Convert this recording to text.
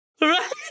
right